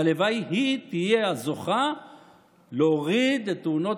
הלוואי שהיא תהיה הזוכה להוריד את תאונות